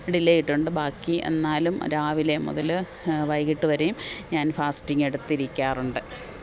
ലേയിട്ടുണ്ട് ബാക്കി എന്നാലും രാവിലെ മുതല് വൈകിട്ട് വരെയും ഞാന് ഫാസ്റ്റിങ്ങെടുത്തിരിക്കാറുണ്ട്